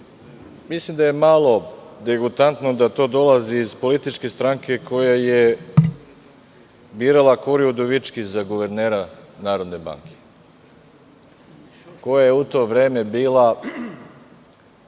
mislim da je malo degutantno da to dolazi iz političke stranke koja je birala Kori Udovički za guvernera Narodne banke, koja je u to vreme bila